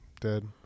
dead